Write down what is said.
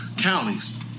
counties